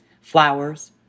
Flowers